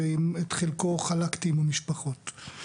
שאת חלקו חלקתי עם המשפחות.